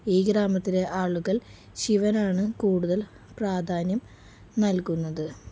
ഈ ഗ്രാമത്തിലെ ആളുകൾ ശിവനാണ് കൂടുതൽ പ്രാധാന്യം നൽകുന്നത്